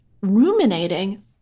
ruminating